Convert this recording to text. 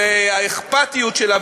והאכפתיות שלה,